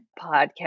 podcast